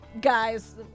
guys